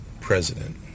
president